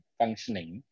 functioning